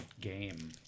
game